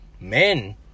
Men